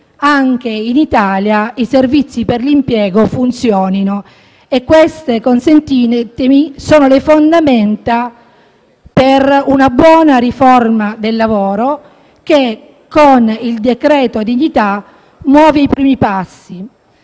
anche in Italia i servizi per l'impiego funzionino e queste - consentitemi di dire - sono le fondamenta per una buona riforma del lavoro che, con il decreto dignità, muove i primi passi.